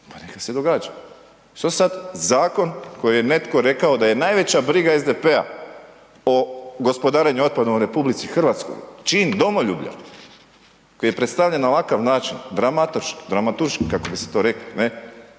pa neka se događa. Što sad zakon koji je netko rekao da je veća briga SDP-a o gospodarenju otpadom u RH, čin domoljublja koji je predstavljen na ovakav način, dramaturški kako bi se to reklo, ne,